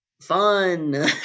Fun